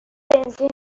بنزین